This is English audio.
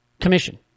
Commission